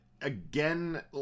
again